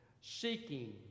Seeking